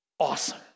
Awesome